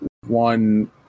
one